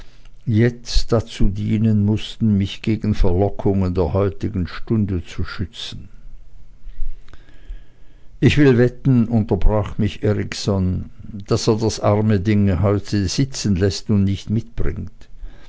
jetzt dazu dienen mußten mich gegen verlockungen der heutigen stunde zu schützen ich will wetten unterbrach mich erikson daß er das arme ding heute sitzenläßt und nicht mitbringt